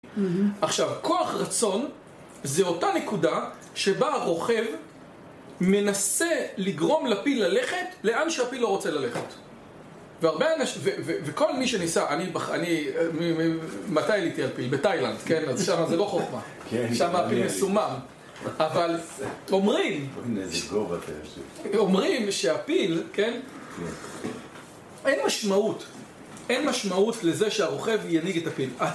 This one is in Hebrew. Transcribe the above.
עכשיו, כוח רצון זה אותה נקודה שבה הרוכב מנסה לגרום לפיל ללכת לאן שהפיל לא רוצה ללכת וכל מי שניסה... אני מתי עליתי על פיל? בתאילנד, כן? אז שם זה לא חוכמה שם הפיל מסומם, אבל אומרים שהפיל... אין משמעות לזה שהרוכב ינהיג את הפיל